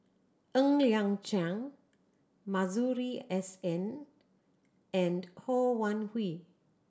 Ng Liang Chiang Masuri S N and Ho Wan Hui